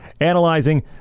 analyzing